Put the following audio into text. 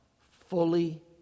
fully